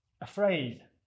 afraid